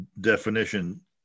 definition